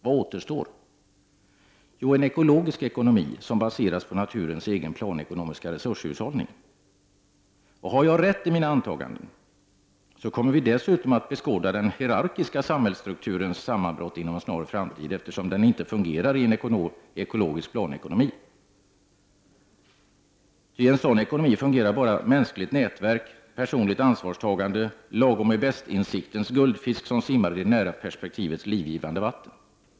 Vad återstår då? Jo, en ekologisk ekonomi, som baseras på naturens egen planekonomiska resurshushållning. Och har jag rätt i dessa mina antaganden, så kommer vi dessutom att beskåda den hierarkiska samhällsstrukturens sammanbrott inom en snar framtid, eftersom den inte fungerar i en ekologisk planekonomi. Ty i en sådan ekonomi fungerar endast mänskliga nätverk, personligt ansvarstagande och lagom-är-bäst-insiktens guldfisk som simmar i det nära perspektivets livgivande vatten.